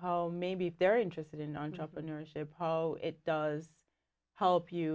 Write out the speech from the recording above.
how maybe they're interested in entrepreneurship it does help you